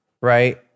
Right